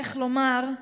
איך לומר,